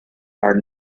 are